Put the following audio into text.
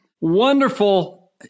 wonderful